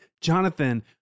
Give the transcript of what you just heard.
Jonathan